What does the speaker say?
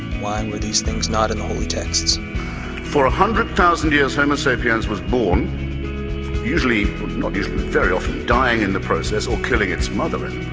wine were these things not in the holy texts for a hundred thousand years homo sapiens was born usually nagas very often dying in the process or killing its mother in